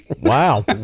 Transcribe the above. wow